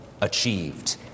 achieved